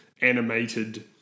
animated